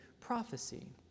prophecy